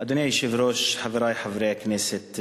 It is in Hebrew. אדוני היושב-ראש, חברי חברי הכנסת,